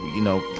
you know,